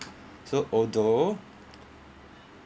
so although